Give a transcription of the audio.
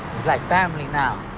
like family now.